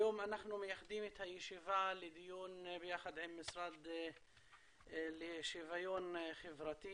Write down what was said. היום אנחנו מייחדים את הישיבה לדיון ביחד עם המשרד לשוויון חברתי